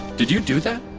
did you do that?